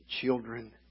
children